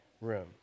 room